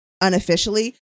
unofficially